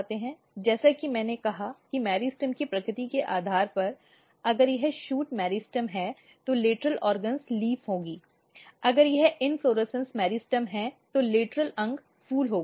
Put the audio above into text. जैसा कि मैंने कहा कि मेरिस्टेम की प्रकृति के आधार पर अगर यह शूट मेरिस्टेम है तो लेटरल अंग पत्ती होगी अगर यह इन्फ्लोरेसन्स मेरिस्टेम है तो लेटरल अंग फूल होगा